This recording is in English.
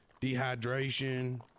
dehydration